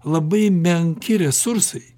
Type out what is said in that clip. labai menki resursai